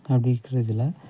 அப்படி இருக்கறதில்